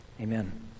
Amen